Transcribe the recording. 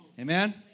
Amen